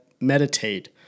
meditate